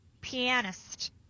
Pianist